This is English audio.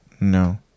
No